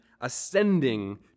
ascending